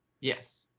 Yes